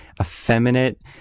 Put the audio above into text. effeminate